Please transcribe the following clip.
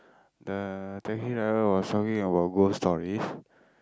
the taxi driver was talking about ghost stories